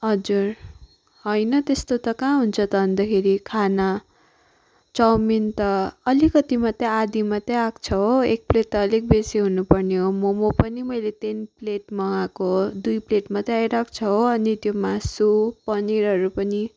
हजुर होइन त्यस्तो त कहाँ हुन्छ त अन्तखेरि खाना चाउमिन त अलिकति मात्रै आधी मात्रै आएको छ हो एक प्लेट त अलिक बेसी हुनु पर्ने हो मम पनि मैले तिन प्लेट मगाएको हो दुई प्लेट मात्रै आइरहेको छ हो अनि त्यो मासु पनिरहरू पनि